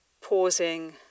pausing